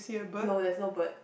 no there is no bird